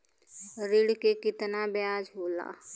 ऋण के कितना ब्याज होला?